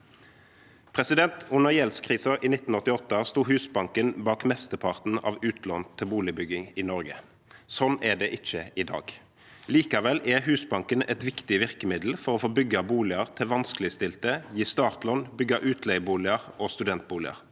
Under gjeldskrisen i 1988 sto Husbanken bak mesteparten av utlån til boligbygging i Norge. Slik er det ikke i dag. Likevel er Husbanken et viktig virkemiddel for å få bygget boliger til vanskeligstilte, gi startlån, bygge utleieboliger og studentboliger.